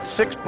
six